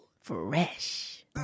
Fresh